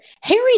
Harry